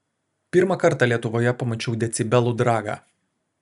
pirmą kartą lietuvoje pamačiau decibelų dragą